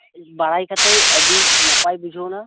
ᱵᱟᱲᱟᱭ ᱠᱟᱛᱮ ᱟᱹᱰᱤ ᱱᱟᱯᱟᱭ ᱵᱩᱡᱷᱟᱹᱣᱮᱱᱟ